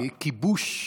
אמרתי כיבוש.